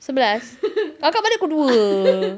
sebelas kakak balik pukul dua